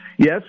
Yes